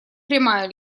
прямая